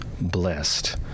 blessed